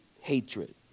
hatred